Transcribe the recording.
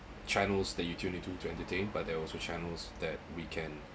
channels that you tuned into to entertain but they're also channels that we can